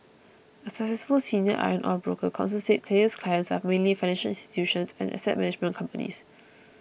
a successful senior iron ore broker counsel said Taylor's clients are mainly financial institutions and asset management companies